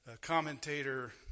Commentator